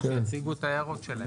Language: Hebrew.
שיציגו את ההערות שלהם,